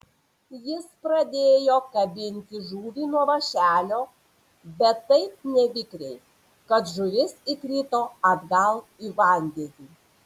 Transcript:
jis pradėjo kabinti žuvį nuo vąšelio bet taip nevikriai kad žuvis įkrito atgal į vandenį